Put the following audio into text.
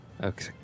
Okay